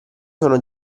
sono